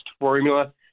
formula